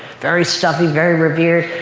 very stuffy, very revered,